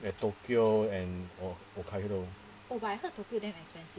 at tokyo and hokkaido